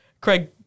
Craig